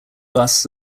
busts